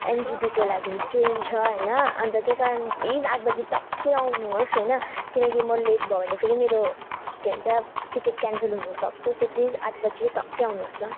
एनजेपीको लागिन् ट्रेन छ होइन अन्त त्यही कारण प्लिज आठ बजी टक्कै आउनुहोस् होइन किनकि म लेट भएँ भने फेरि मेरो के भन्छ टिकिट क्यान्सल हुनुसक्छ सो प्लिज आठ बजी चाहिँ टक्क आउनुहोस् ल